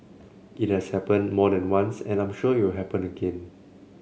it has happened more than once and I'm sure it will happen again